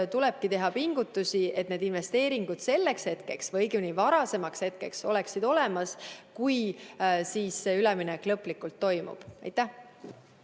tulebki teha pingutusi, et need investeeringud selleks hetkeks või, õigemini, varasemaks hetkeks oleksid olemas, kui see üleminek lõplikult toimub. Aitäh!